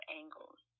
angles